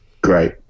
Great